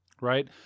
Right